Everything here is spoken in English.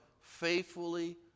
faithfully